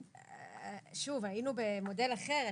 היינו במודל אחר.